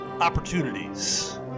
opportunities